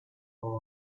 cover